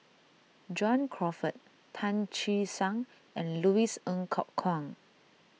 John Crawfurd Tan Che Sang and Louis Ng Kok Kwang